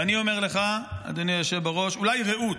ואני אומר לך, אדוני היושב בראש, אולי רעות.